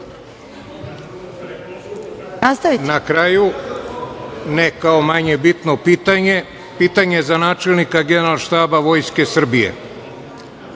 Na kraju, ne kao manje bitno pitanje, pitanje za načelnika Generalštaba Vojske Srbije